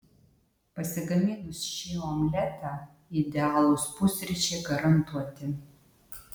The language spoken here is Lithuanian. pasigaminus šį omletą idealūs pusryčiai garantuoti